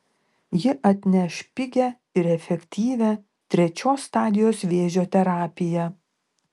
ji atneš pigią ir efektyvią trečios stadijos vėžio terapiją